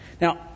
Now